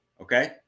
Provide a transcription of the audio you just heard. okay